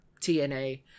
TNA